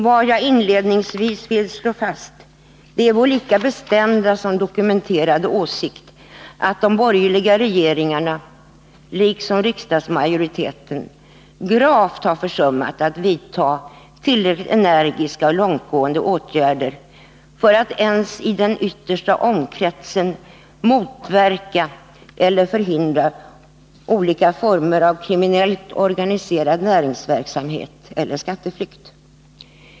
Vad jag inledningsvis vill slå fast är vår lika bestämda som dokumenterade åsikt att de borgerliga regeringarna, liksom riksdagsmajoriteten, gravt har försummat att vidta tillräckligt energiska och långtgående åtgärder för att ens i den yttersta omkretsen motverka eller förhindra olika former av kriminellt organiserad näringsverksamhet eller skatteflykt.